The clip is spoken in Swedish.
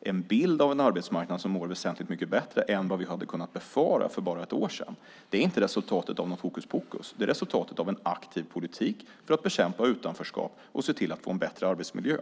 en bild av en arbetsmarknad som mår väsentligt mycket bättre än vi kunde befara för bara ett år sedan. Det är inte resultatet av något hokuspokus. Det är resultatet av en aktiv politik för att bekämpa utanförskap och se till att få en bättre arbetsmiljö.